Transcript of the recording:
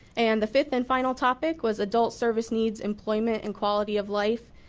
and the fifth and final topic was adult service needs employment and quality of life.